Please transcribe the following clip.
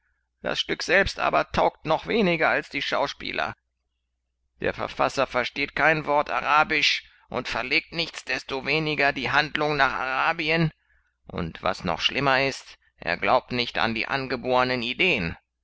das stück selbst aber taugt noch weniger als die schauspieler der verfasser versteht kein wort arabisch und verlegt nichts destoweniger die hand lung nach arabien und was noch schlimmer ist er glaubt nicht an die angebornen ideen